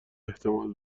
احتمال